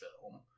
film